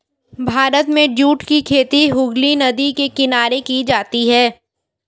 भारत में जूट की खेती हुगली नदी के किनारे की जाती है